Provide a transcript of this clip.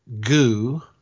goo